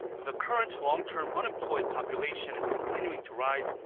the current long-term unemployed population is continuing to rise,